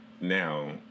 now